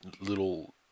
little